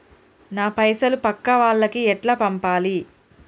నా పైసలు పక్కా వాళ్లకి ఎట్లా పంపాలి?